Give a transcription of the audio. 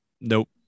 Nope